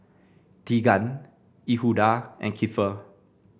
Teagan Yehuda and Keifer